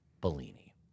Bellini